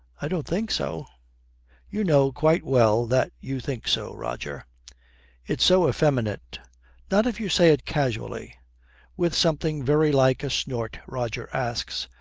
i don't think so you know quite well that you think so, roger it's so effeminate not if you say it casually with something very like a snort roger asks,